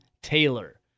Taylor